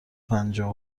پنجاه